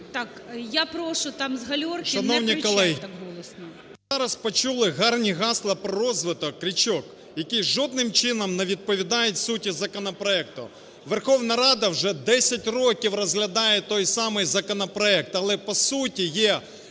Так, я прошу там з гальорки не кричати так голосно.